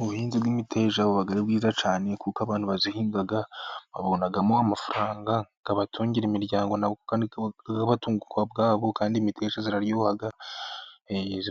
Ubuhinzi bw'imiteja buba ari bwiza cyane, kuko abantu bayihinga babonamo amafaranga abatungira imiryango na bo kandi akabatunga ubwabo, kandi imiteja iraryoha,